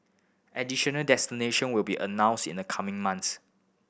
additional destination will be announced in the coming months